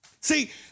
See